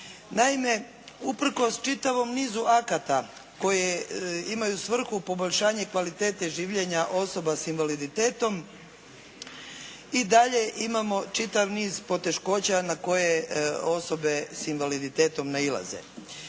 Naime, usprkos čitavom nizu akata koji imaju svrhu poboljšanje kvalitete življenja osoba sa invaliditetom i dalje imamo čitav niz poteškoća na koje osobe s invaliditetom nailaze.